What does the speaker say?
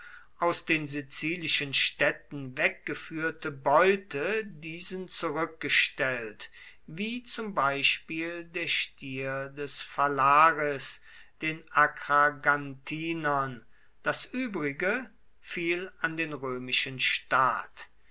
aus den sizilischen städten weggeführte beute diesen zurückgestellt wie zum beispiel der stier des phalaris den akragantinern das übrige fiel an den römischen staat